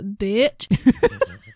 bitch